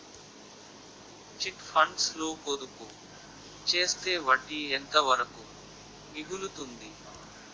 Chit funds లో పొదుపు చేస్తే వడ్డీ ఎంత వరకు మిగులుతుంది?